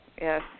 yes